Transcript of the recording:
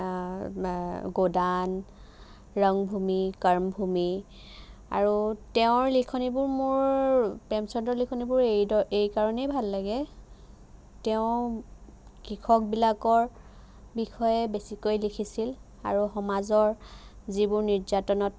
গ'দান ৰংভূমি কৰ্মভূমি আৰু তেওঁৰ লিখনিবোৰ মোৰ প্ৰেমচন্দৰ লিখনিবোৰ এইকাৰণেই ভাল লাগে তেওঁ কৃষকবিলাকৰ বিষয়ে বেছিকৈ লিখিছিল আৰু সমাজৰ যিবোৰ নিৰ্যাতনত